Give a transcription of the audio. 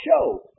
show